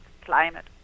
climate